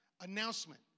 announcement